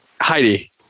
Heidi